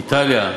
איטליה.